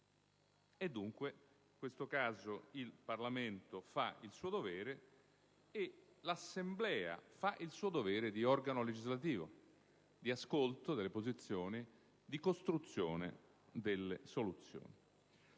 Dunque, in questo caso il Parlamento e l'Assemblea fanno il loro dovere di organo legislativo, di ascolto delle posizioni e di costruzione delle soluzioni.